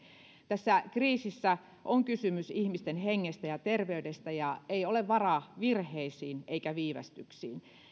tässä kriisissä on kysymys ihmisten hengestä ja terveydestä ja ei ole varaa virheisiin eikä viivästyksiin